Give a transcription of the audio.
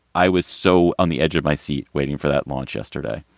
i was so on the edge of my seat waiting for that launch yesterday.